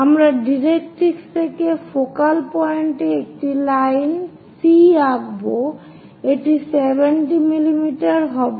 আমরা ডাইরেক্ট্রিক্স থেকে ফোকাল পয়েন্টে একটি লাইন C আঁকবো এটি 70 mm হবে